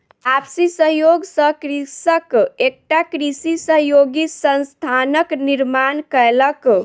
आपसी सहयोग सॅ कृषक एकटा कृषि सहयोगी संस्थानक निर्माण कयलक